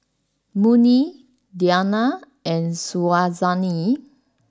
Murni Diyana and Syazwani